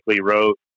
wrote